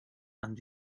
and